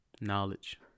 Knowledge